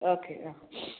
okay ആഹ്